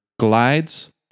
Glides